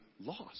lost